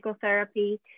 therapy